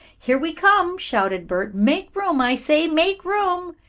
here we come! shouted bert. make room, i say! make room.